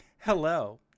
Hello